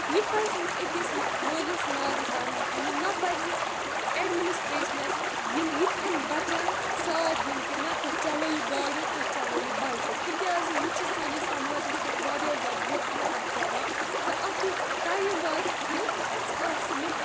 یہِ پَزِ نہٕ أکِس مٲلِس ماجہِ کَرُن کِہیٖنۍ نہ پَزِ ایڈمِنِسٹریشنَس یِم یِتھؠن بَچن ساتھ دیُن کہِ نہ تُہۍ چَلٲیِو گاڑِ تُہۍ چلٲیِو بایکہٕ تِکیازِ یہِ چھُ سٲنِس سَماجَس پؠٹھ واریاہ زیادٕ بُرٕ اَثر پیوان تہٕ اکھ ٹایم واتہِ سُہ کہِ اَسہِ آسہِ نہٕ